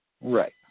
Right